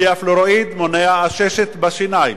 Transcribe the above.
כי הפלואוריד מונע עששת בשיניים.